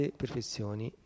perfezioni